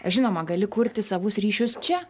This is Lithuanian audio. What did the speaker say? žinoma gali kurti savus ryšius čia